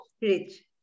rich